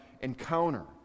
encounter